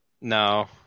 No